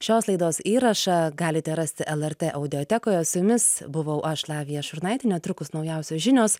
šios laidos įrašą galite rasti el er tė audiotekoje su jumis buvau aš lavija šurnaitė netrukus naujausios žinios